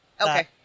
Okay